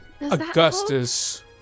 Augustus